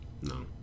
No